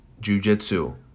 jujitsu